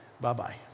Bye-bye